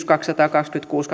kaksisataakaksikymmentäkuusi